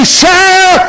share